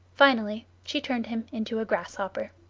finally she turned him into a grasshopper.